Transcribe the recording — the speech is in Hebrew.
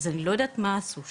אז, אני לא יודעת מה עשו שם,